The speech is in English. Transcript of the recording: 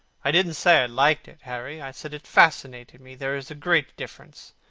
i didn't say i liked it, harry. i said it fascinated me. there is a great difference.